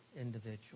individual